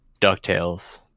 DuckTales